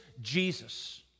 Jesus